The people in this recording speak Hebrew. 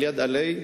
על-יד עאליי,